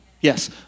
Yes